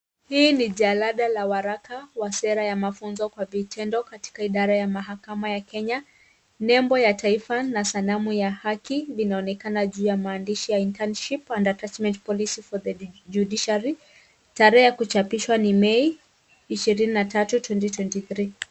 Hii ni jalada ya waraka ya sera ya mafunzo kwa vitendo katika idara ya mahakama ya Kenya, nembo ya taifa na sanamu ya haki inaonekana juu ya maandishi ya internship and attachement policy for judiciary , tarehe ya kuchapishwa ni Mei ishirini na tatu twenty twenty three .